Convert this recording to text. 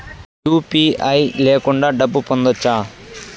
UPI లేకుండా డబ్బు పంపొచ్చా